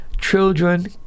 children